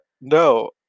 no